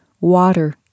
Water